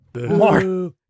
Mark